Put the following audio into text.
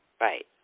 Right